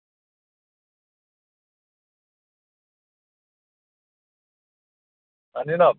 जनाब